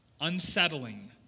unsettling